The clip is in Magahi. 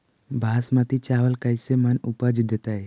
बासमती चावल कैसे मन उपज देतै?